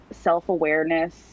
self-awareness